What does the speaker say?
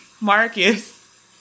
Marcus